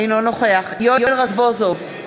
אינו נוכח יואל רזבוזוב,